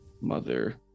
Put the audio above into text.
mother